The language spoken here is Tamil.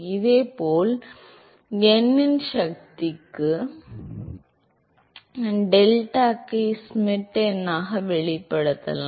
இதேபோல் n இன் சக்திக்கு டெல்டாக்கை ஷ்மிட் எண்ணாக வெளிப்படுத்தலாம்